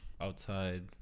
outside